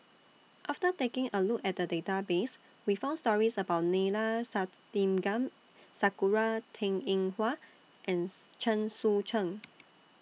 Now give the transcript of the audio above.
after taking A Look At The Database We found stories about Neila Sathyalingam Sakura Teng Ying Hua and Chen Sucheng